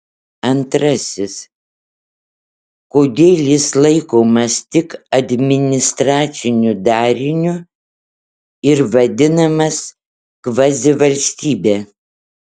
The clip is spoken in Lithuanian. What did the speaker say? antrasis kodėl jis laikomas tik administraciniu dariniu ir vadinamas kvazivalstybe